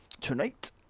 Tonight